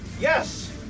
Yes